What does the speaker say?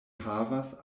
havas